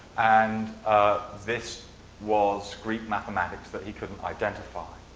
and this was greek mathematics that he couldn't identify.